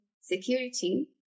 security